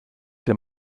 der